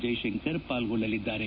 ಜೈಶಂಕರ್ ಪಾಲ್ಗೊಳ್ಳಲಿದ್ದಾರೆ